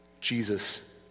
Jesus